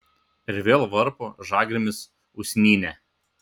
ir vėl varpo žagrėmis usnynę